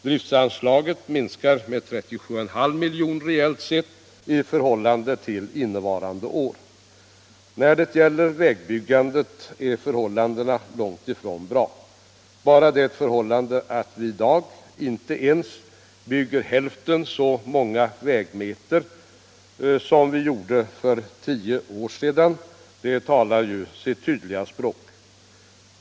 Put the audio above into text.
Driftanslaget minskar med 37,5 miljoner reellt sett i förhållande till innevarande år. När det gäller vägbyggandet är förhållandena långt ifrån bra. Bara det faktum att vi i dag inte ens bygger hälften så många vägmeter som vi gjorde för tio år sedan talar sitt tydliga språk.